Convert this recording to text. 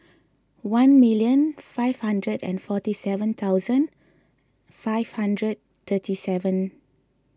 one million five hundred and forty seven thousand five hundred thirty seven